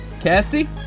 Cassie